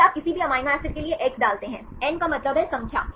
फिर आप किसी भी एमिनो एसिड के लिए x डालते हैं n का मतलब है संख्या